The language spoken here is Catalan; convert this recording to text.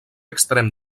extrem